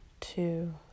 two